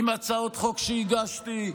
עם הצעות חוק שהגשתי,